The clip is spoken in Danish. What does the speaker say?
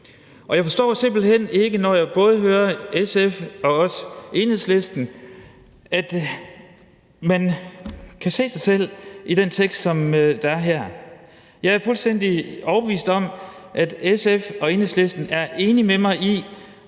jeg forstår simpelt hen ikke, når jeg både hører SF og også Enhedslisten, at man kan se sig selv i den tekst, der er her. Jeg er fuldstændig overbevist om, at SF og Enhedslisten er enige med mig i